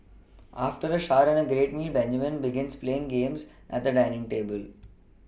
after a shower and a meal Benjamin begins playing games at the dining table